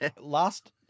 Last